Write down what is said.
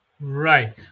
Right